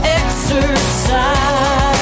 exercise